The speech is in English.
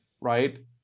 right